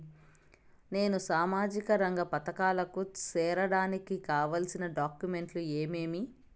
నేను సామాజిక రంగ పథకాలకు సేరడానికి కావాల్సిన డాక్యుమెంట్లు ఏమేమీ?